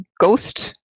ghost